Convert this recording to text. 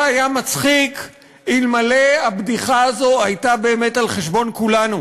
זה היה מצחיק אלמלא הבדיחה הזו הייתה באמת על חשבון כולנו.